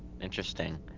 interesting